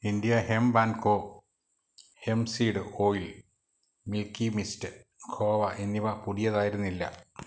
India hemp and co hemp seed oil milky mist khoa എന്നിവ പുതിയതായിരുന്നില്ല